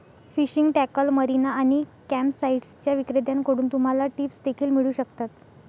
fishing tackle, marina आणि कॅम्पसाइट्सच्या विक्रेत्यांकडून तुम्हाला टिप्स देखील मिळू शकतात